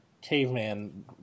caveman